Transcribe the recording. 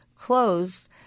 closed